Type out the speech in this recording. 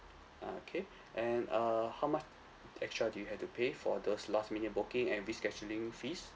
okay and err how much extra did you have to pay for those last minute booking and rescheduling fees